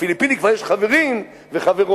לפיליפיני יש כבר חברים וחברות,